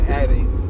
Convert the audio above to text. adding